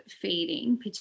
feeding